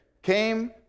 came